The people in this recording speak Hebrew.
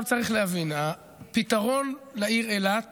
צריך להבין, הפתרון לעיר אילת